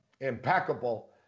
impeccable